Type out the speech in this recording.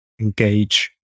engage